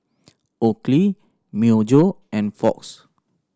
Oakley Myojo and Fox